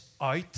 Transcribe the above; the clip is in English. out